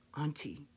Auntie